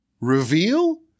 reveal